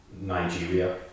Nigeria